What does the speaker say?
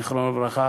זיכרונו לברכה.